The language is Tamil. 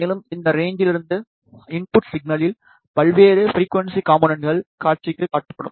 மேலும் அந்த ரேன்ச்லிருந்து இன்புட் சிக்னலில் பல்வேறு ஃபிரிக்குவன்ஸி காம்போனென்ட்கள் காட்சிக்கு காட்டப்படும்